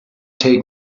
take